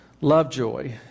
Lovejoy